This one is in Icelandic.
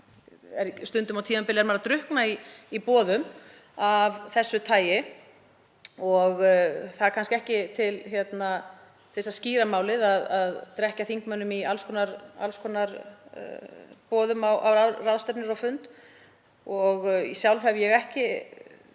viðburði. Á tímabilum er maður að drukkna í boðum af þessu tagi og það er kannski ekki til þess að skýra málið að drekkja þingmönnum í alls konar boðum á ráðstefnur og fundi. Sjálf hef ég ekki